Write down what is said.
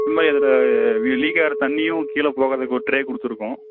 இதில் லீக் ஆகிற தண்ணியும் கீழே போகிறதுக்கு ஒரு ட்ரே கொடுத்துருக்கோம்